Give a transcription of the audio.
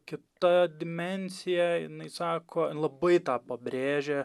kitą dimensiją jinai sako labai tą pabrėžia